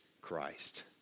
Christ